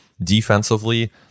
defensively